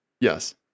Yes